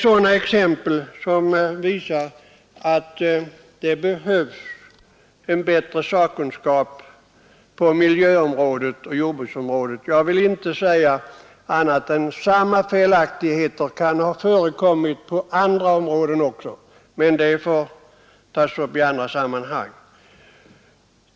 Sådana exempel visar att det behövs en bättre sakkunskap på miljöområdet och jordbruksområdet. Jag vill inte säga annat än att samma felaktigheter kan ha förekommit på andra områden också, men det får tas upp i andra sammanhang.